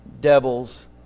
devils